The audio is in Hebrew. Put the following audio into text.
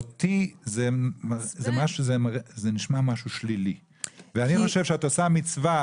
זה נשמע משהו שלילי ואני חושב שאת עושה מצווה.